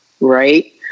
right